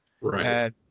Right